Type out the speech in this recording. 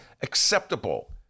acceptable